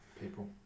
people